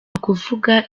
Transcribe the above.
ukuvuga